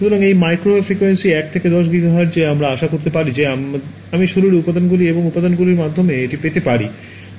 সুতরাং এই microwave frequency 1 থেকে 10 গিগা হার্টজ এ আমরা আশা করতে পারি যে আমি শরীরের উপাদানগুলি এবং উপাদানগুলির মাধ্যমে এটি পেতে পারি